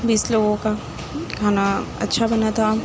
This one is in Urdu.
بیس لوگوں کا کھانا اچھا بنا تھا